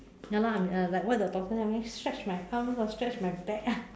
ya lor I'm uh like what the doctor tell me stretch my arms ah stretch my back ah